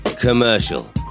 commercial